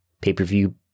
pay-per-view